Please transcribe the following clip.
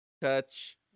Touch